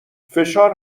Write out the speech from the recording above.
فشار